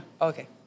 Okay